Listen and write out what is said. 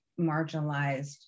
marginalized